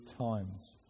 times